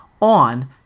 On